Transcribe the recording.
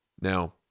Now